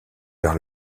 vers